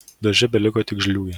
darže beliko tik žliūgė